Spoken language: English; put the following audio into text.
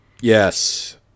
yes